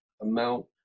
amount